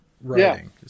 writing